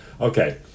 Okay